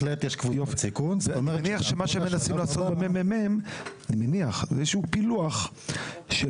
אני מניח שמה שה-ממ"מ מנסה לעשות זה איזשהו פילוח של